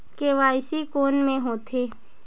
KYC कोन में होथे?